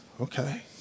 okay